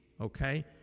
okay